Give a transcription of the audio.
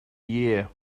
year